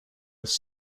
his